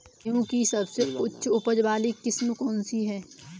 गेहूँ की सबसे उच्च उपज बाली किस्म कौनसी है?